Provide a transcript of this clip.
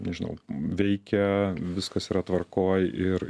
nežinau veikia viskas yra tvarkoj ir